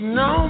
no